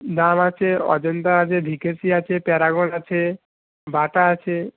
নাম আছে অজন্তা আছে ভিকেসি আছে প্যারাগন আছে বাটা আছে